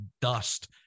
dust